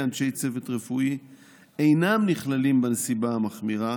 אנשי צוות רפואי אינם נכללים בנסיבה המחמירה,